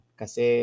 kasi